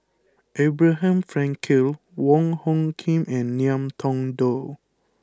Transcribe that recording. Abraham Frankel Wong Hung Khim and Ngiam Tong Dow